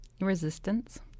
Resistance